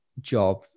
job